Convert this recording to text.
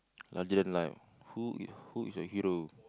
larger than life who is who is your hero